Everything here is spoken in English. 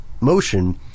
motion